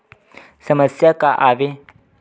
समस्या का आवे?